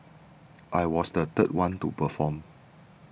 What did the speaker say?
I was the third one to perform